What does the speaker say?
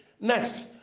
Next